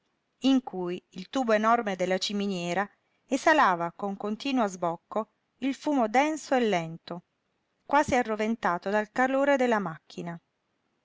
in cui il tubo enorme della ciminiera esalava con continuo sbocco il fumo denso e lento quasi arroventato dal calore della macchina